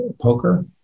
poker